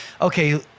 okay